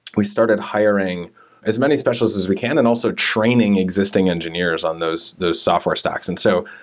we started hiring as many specialists as we can and also training exis ting engineers on those those software stacks. and so,